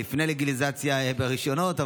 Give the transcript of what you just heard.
לפני לגליזציה ברישיונות,